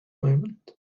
moment